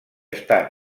està